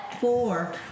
Four